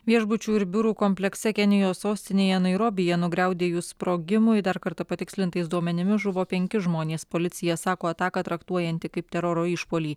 viešbučių ir biurų komplekse kenijos sostinėje nairobyje nugriaudėjus sprogimui dar kartą patikslintais duomenimis žuvo penki žmonės policija sako ataką traktuojanti kaip teroro išpuolį